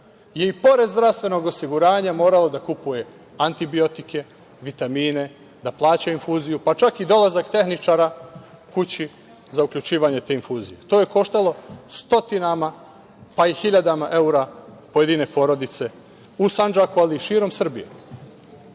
je i pored zdravstvenog osiguranja moralo da kupuje antibiotike, vitamine, da plaća infuziju, pa čak i dolazak tehničara kući za uključivanje te infuzije. To je koštalo stotinama, pa i hiljadama evra pojedine porodice u Sandžaku, ali i širom Srbije. Mnogo